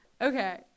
Okay